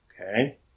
Okay